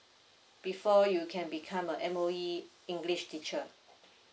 before you can become a M_O_E english teacher